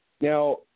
Now